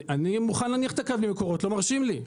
אני מוכן להניח את הקו בלי מקורות, לא מרשים לי.